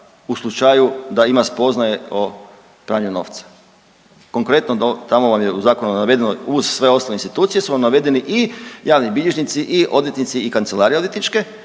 u slučaju da ima spoznaje o pranju novca, konkretno tamo vam je u zakonu navedeno, uz sve ostale institucije su vam navedeni i javni bilježnici i odvjetnici i kancelarije odvjetničke